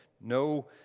no